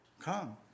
come